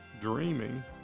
dreaming